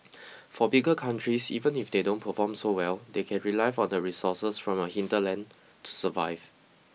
for bigger countries even if they don't perform so well they can rely on the resources from your hinterland to survive